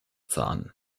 zahn